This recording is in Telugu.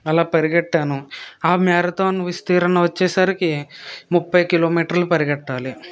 అలా పరిగెట్టాను ఆ మ్యారథాన్ విస్తీర్ణం వచ్చేసరికి ముప్పై కిలోమీటర్లు పరిగెట్టాలి